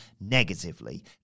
negatively